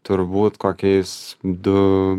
turbūt kokiais du